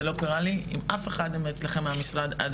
זה לא קרה לי עם אף אחד מאצלכם במשרד עד